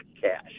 cash